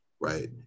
Right